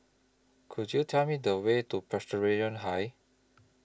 Could YOU Tell Me The Way to Presbyterian High